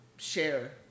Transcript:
share